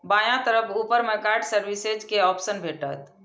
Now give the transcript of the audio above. बायां तरफ ऊपर मे कार्ड सर्विसेज के ऑप्शन भेटत